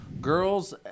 girls